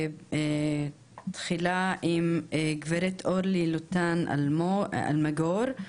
ותחילה עם גב' אורלי אלמגור לוטן,